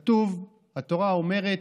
כתוב, התורה אומרת: